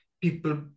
people